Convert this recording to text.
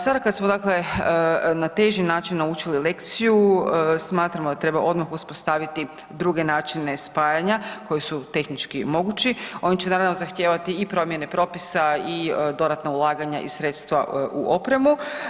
Sada kad smo, dakle na teži način naučili lekciju smatramo da treba odmah uspostaviti druge načine spajanja koji su tehnički mogući, a oni će naravno zahtijevati i promijene propisa i dodatna ulaganja i sredstva u opremu.